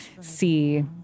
see